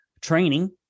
training